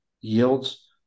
yields